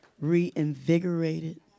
reinvigorated